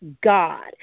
God